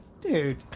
dude